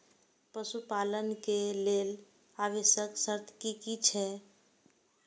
पशु पालन के लेल आवश्यक शर्त की की छै?